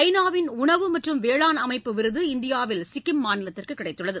ஐ நா வின் உணவு மற்றும் வேளாண் அமைப்பு விருது இந்தியாவின் சிக்கிம் மாநிலத்திற்கு கிடைத்துள்ளது